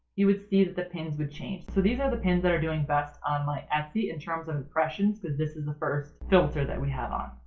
you would see that the pins would change. so these are the pins that are doing best on my etsy in terms of impressions, because this is the first filter that we have on.